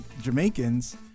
Jamaicans